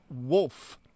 Wolf